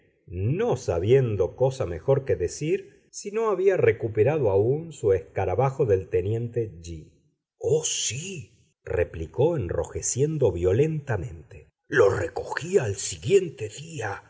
no sabiendo cosa mejor que decir si no había recuperado aún su escarabajo del teniente g oh sí replicó enrojeciendo violentamente lo recogí al siguiente día